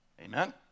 Amen